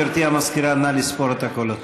גברתי המזכירה, נא לספור את הקולות.